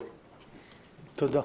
תודה.